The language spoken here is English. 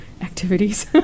activities